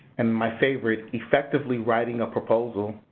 and my favorite, effectively writing a proposal.